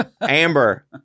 Amber